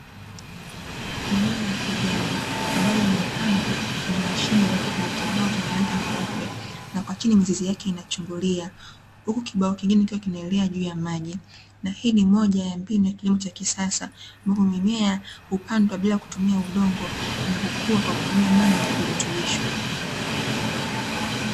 Mimea ya kijani ambayo imepandwa kwenye mashimo yaliyopo kwenye kibao chenye rangi nyeupe, na kwa chini mizizi yake inachungulia huku kibao kingine kikiwa kinaelea juu ya maji. Na hii ni moja ya mbinu ya kilimo cha kisasa, ambapo mimea hupandwa bila kutumia udongo na hukua kwa kutumia maji yenye virutubisho.